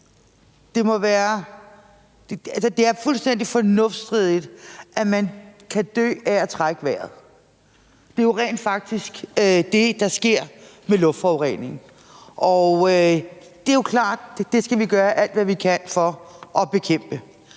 Det er fuldstændig fornuftsstridigt, at man kan dø af at trække vejret. Det er jo rent faktisk det, der sker ved luftforurening. Og det er jo klart, at det skal vi gøre alt, hvad vi kan, for at bekæmpe.